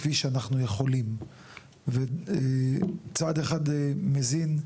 מכפי שאנחנו יכולים וצעד אחד מזין,